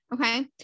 Okay